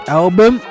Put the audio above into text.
album